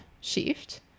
shift